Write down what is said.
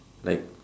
like